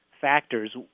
factors